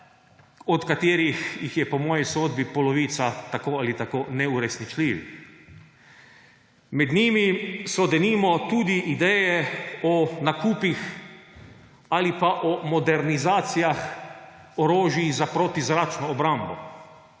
od katerih jih je, po moji sodbi, polovica tako ali tako neuresničljivih. Med njimi so denimo tudi ideje o nakupih ali pa o modernizacijah orožij za protizračno obrambo.